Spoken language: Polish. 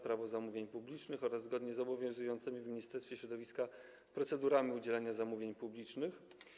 Prawo zamówień publicznych oraz zgodnie z obowiązującymi w Ministerstwie Środowiska procedurami udzielania zamówień publicznych.